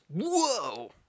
Whoa